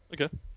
okay